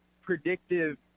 predictive